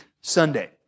Sunday